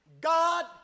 God